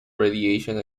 radiation